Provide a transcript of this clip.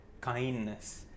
kindness